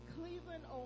Cleveland